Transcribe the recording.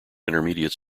intermediate